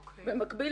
במקביל,